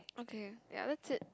okay ya that's it